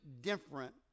different